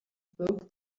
spoke